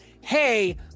Hey